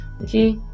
okay